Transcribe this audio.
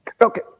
Okay